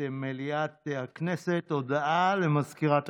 מ"ד הישיבה הארבעים-וארבע של